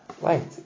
Wait